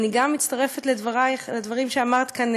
ואני גם מצטרפת לדברים שאמרת כאן,